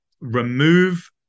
remove